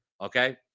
Okay